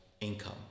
income